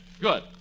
Good